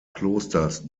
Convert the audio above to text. klosters